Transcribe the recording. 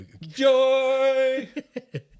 J-O-Y